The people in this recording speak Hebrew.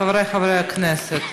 חבריי חברי הכנסת.